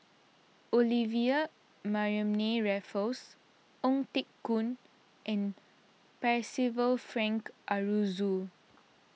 Olivia Mariamne Raffles Ong Teng Koon and Percival Frank Aroozoo